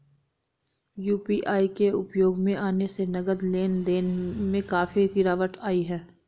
UPI के उपयोग में आने से नगद लेन देन में काफी गिरावट आई हैं